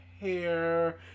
hair